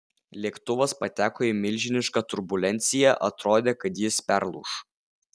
lėktuvas pateko į milžinišką turbulenciją atrodė kad jis perlūš